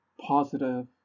positive